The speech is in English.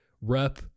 rep